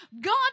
God